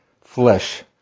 flesh